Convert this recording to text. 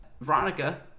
Veronica